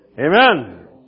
Amen